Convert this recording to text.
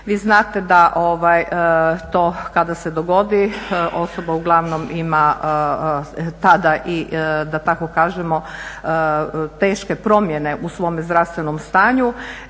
Vi znate da to kada se dogodi osoba uglavnom ima tada, i da tako kažemo teške promjene u svome zdravstvenome stanju